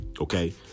Okay